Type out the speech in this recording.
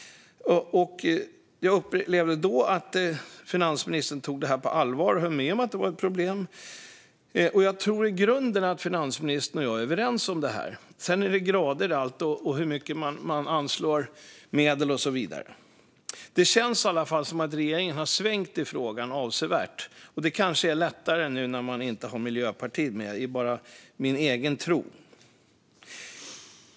Jag upplevde då att finansministern tog det här på allvar och höll med om att det är ett problem, och jag tror i grunden att finansministern och jag är överens om detta. Sedan finns det grader i allt, och man kan diskutera hur mycket medel man anslår och så vidare. Men det känns i alla fall som att regeringen har svängt avsevärt i den här frågan. Det kanske är lättare nu när man inte har Miljöpartiet med, men det är bara min egen tro.